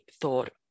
thought